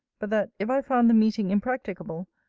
but that, if i found the meeting impracticable,